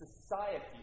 society